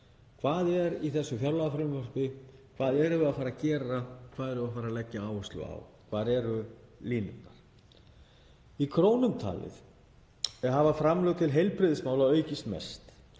Hvað er í þessu fjárlagafrumvarpi? Hvað erum við að fara að gera? Á hvað erum við að leggja áherslu? Hvar eru línurnar? Í krónum talið hafa framlög til heilbrigðismála aukist mest